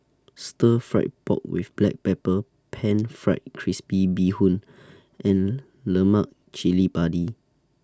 Stir Fried Pork with Black Pepper Pan Fried Crispy Bee Hoon and Lemak Cili Padi